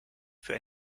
für